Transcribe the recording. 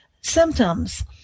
symptoms